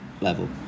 level